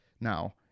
now